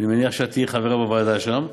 אני מניח שאת תהיי חברה בוועדה שם,